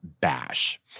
bash